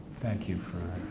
thank you for